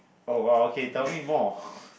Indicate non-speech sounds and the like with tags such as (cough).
oh !wow! okay tell me more (laughs)